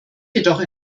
jedoch